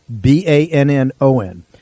B-A-N-N-O-N